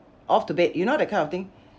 off to bed you know that kind of thing